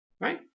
right